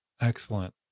Excellent